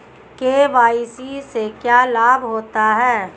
KYC से क्या लाभ होता है?